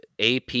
AP